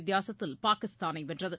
வித்தியாசத்தில் பாகிஸ்தானைவென்றது